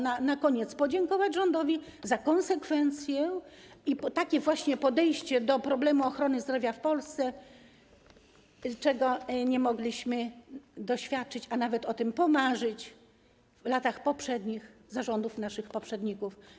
Na koniec wypada podziękować rządowi za konsekwencję i takie właśnie podejście do problemu ochrony zdrowia w Polsce, czego nie mogliśmy doświadczyć, a nawet o tym pomarzyć w latach poprzednich, za rządów naszych poprzedników.